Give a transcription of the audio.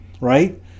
Right